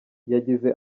yagize